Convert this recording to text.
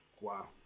Wow